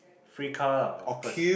free car lah of course